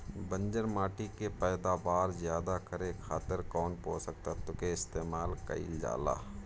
बंजर माटी के पैदावार ज्यादा करे खातिर कौन पोषक तत्व के इस्तेमाल कईल जाला?